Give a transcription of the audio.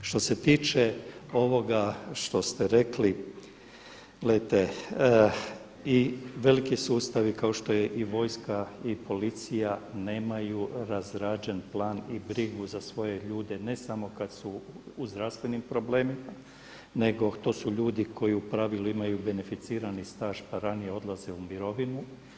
Što se tiče ovoga što ste rekli, gledajte i veliki sustavi kao što je i vojska i policija nemaju razrađen plan i brigu za svoje ljude ne samo kad su u zdravstvenim problemima nego to su ljudi koji imaju beneficiran staž pa ranije odlaze u mirovinu.